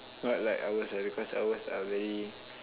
not like ours really because ours are very